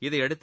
இதையடுத்து